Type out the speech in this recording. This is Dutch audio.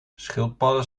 schildpadden